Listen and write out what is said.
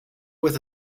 with